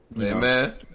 Amen